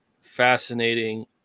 fascinating